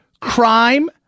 Crime